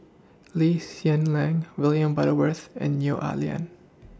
Lee Hsien Lam William Butterworth and Neo Ah Lian